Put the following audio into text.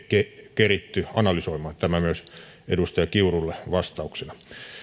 keritty analysoimaan tämä myös edustaja kiurulle vastauksena